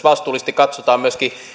vastuullisesti katsotaan myöskin